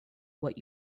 what